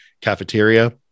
cafeteria